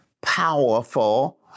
powerful